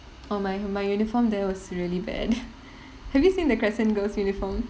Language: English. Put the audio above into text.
oh my u~ my uniform there was really bad have you seen the crescent girls' uniform